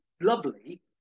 lovely